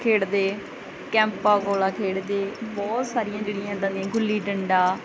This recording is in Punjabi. ਖੇਡਦੇ ਕੈਂਪਾ ਕੋਲਾ ਖੇਡਦੇ ਬਹੁਤ ਸਾਰੀਆਂ ਜਿਹੜੀਆਂ ਇੱਦਾਂ ਦੀਆਂ ਗੁਲੀ ਡੰਡਾ